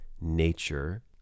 nature